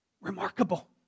Remarkable